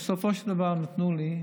בסופו של דבר נתנו לי,